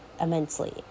immensely